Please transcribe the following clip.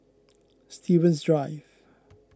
Stevens Drive